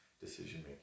decision-making